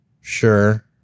Sure